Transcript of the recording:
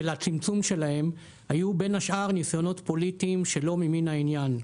הצמצום שלהם היו בין השאר ניסיונות פוליטיים שלא ממין העניין.